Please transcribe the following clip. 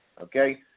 okay